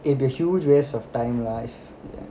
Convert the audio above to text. it'd be a huge waste of time lah